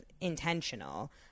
intentional